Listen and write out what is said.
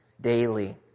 daily